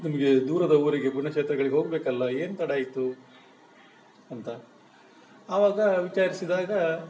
ನಮಗೆ ದೂರದ ಊರಿಗೆ ಪುಣ್ಯಕ್ಷೇತ್ರಗಳಿಗೆ ಹೋಗಬೇಕಲ್ಲ ಏನು ತಡ ಆಯಿತು ಅಂತ ಆವಾಗ ವಿಚಾರಿಸಿದಾಗ